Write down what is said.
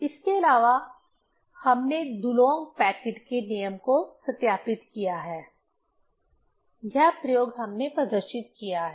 इसके अलावा हमने दुलोंग पेटिट के नियम Dulong Petit's Law को सत्यापित किया है यह प्रयोग हमने प्रदर्शित किया है